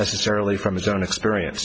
necessarily from his own experience